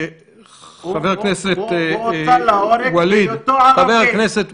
חבר הכנסת אבו שחאדה, תאפשר